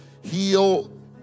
Heal